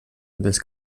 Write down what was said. dels